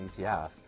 ETF